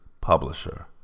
publisher